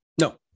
No